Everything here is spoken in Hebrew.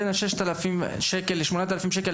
בין ה-6,000 שקל ל-8,000 שקל,